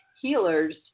healers